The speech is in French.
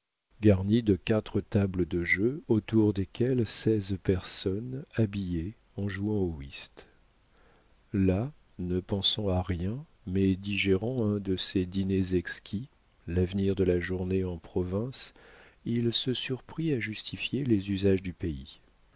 garni de quatre tables de jeu autour desquelles seize personnes babillaient en jouant au whist là ne pensant à rien mais digérant un de ces dîners exquis l'avenir de la journée en province il se surprit à justifier les usages du pays